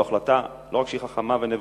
זו החלטה שלא רק שהיא חכמה ונבונה,